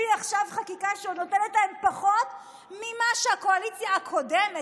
אז הוא מביא עכשיו חקיקה שעוד נותנת להם פחות ממה שהקואליציה הקודמת,